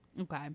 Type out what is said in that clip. Okay